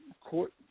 court